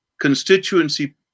constituency